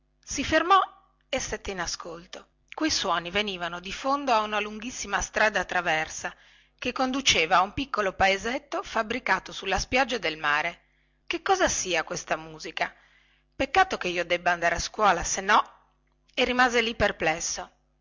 si fermò e stette in ascolto quei suoni venivano di fondo a una lunghissima strada traversa che conduceva a un piccolo paesetto fabbricato sulla spiaggia del mare che cosa sia questa musica peccato che io debba andare a scuola se no e rimase lì perplesso